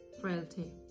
frailty